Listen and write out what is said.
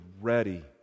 ready